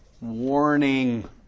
Warning